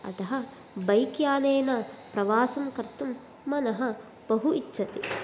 अतः बैक् यानेन प्रवासं कर्तुं मनः बहु इच्छति